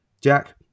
Jack